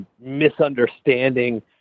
misunderstanding